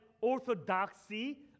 orthodoxy